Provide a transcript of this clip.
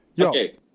Okay